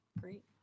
great